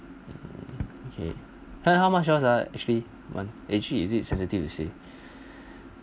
okay then how much yours ah actually month actually is it sensitive to say